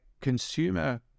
consumer